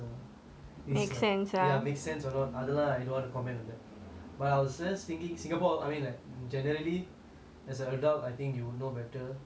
ya makes sense or not அதெல்லாம்:athellaam I don't want to comment on that but I was just thinking singapore I mean like generally as an adult I think you will know better housing is like very expensive right